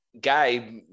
guy